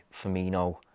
Firmino